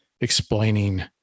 explaining